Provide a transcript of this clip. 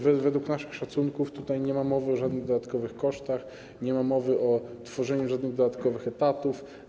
Według naszych szacunków nie ma mowy o żadnych dodatkowych kosztach, nie ma mowy o tworzeniu żadnych dodatkowych etatów.